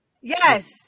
Yes